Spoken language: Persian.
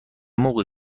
موقع